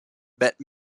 bette